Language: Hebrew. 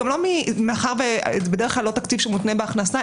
מאחר שזה בדרך כלל לא תקציב שמותנה בהכנסה,